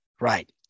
right